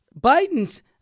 biden's